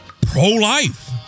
pro-life